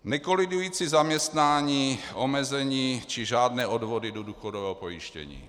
Nekolidující zaměstnání, omezení či žádné odvody do důchodového pojištění.